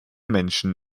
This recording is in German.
menschen